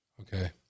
okay